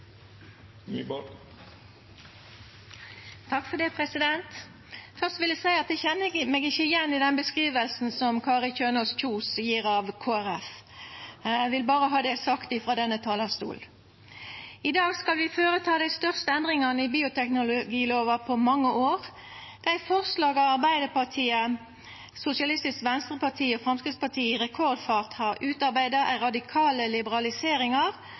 Først vil eg seia at eg ikkje kjenner meg igjen i den beskrivinga som Kari Kjønaas Kjos gjev av Kristeleg Folkeparti. Eg vil berre ha det sagt frå denne talarstolen. I dag skal vi vedta dei største endringane i bioteknologilova på mange år – dei forslaga Arbeidarpartiet, Sosialistisk Venstreparti og Framstegspartiet i rekordfart har utarbeidd ei